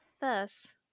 thus